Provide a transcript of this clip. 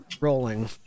rolling